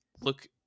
look